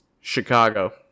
Chicago